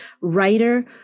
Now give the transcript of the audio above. writer